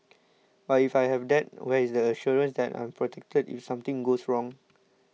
but if I have that where is the assurance that I'm protected if something goes wrong